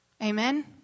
Amen